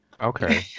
Okay